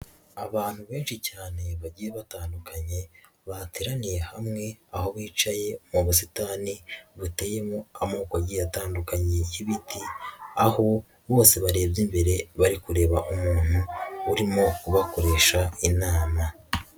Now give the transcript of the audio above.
Abantu benshi cyane bagiye batandukanye, bateraniye hamwe, aho bicaye mu busitani, buteyemo amoko agiye atandukanye y'ibiti, aho bose barebye imbere, bari kureba umuntu urimo kubakoresha inama.